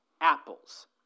apples